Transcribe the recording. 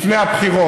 לפני הבחירות.